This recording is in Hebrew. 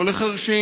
לא לחירשים